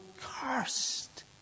cursed